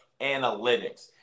analytics